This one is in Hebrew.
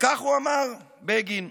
וכך הוא אמר, בגין: